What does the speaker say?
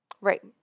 Right